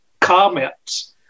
comments